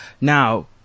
Now